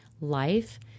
life